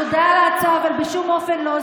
תודה על ההצעה, אבל בשום אופן לא.